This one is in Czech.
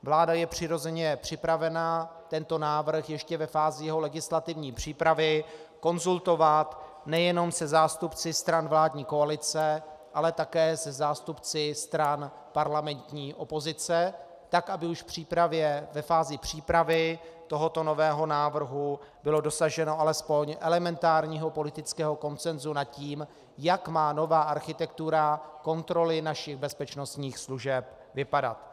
Vláda je přirozeně připravena tento návrh ještě ve fázi jeho legislativní přípravy konzultovat nejenom se zástupci stran vládní koalice, ale také se zástupci stran parlamentní opozice, tak aby už ve fázi přípravy tohoto nového návrhu bylo dosaženo alespoň elementárního politického konsenzu nad tím, jak má nová architektura kontroly našich bezpečnostních služeb vypadat.